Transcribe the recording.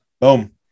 Boom